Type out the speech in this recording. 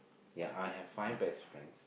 yeah I have five best friends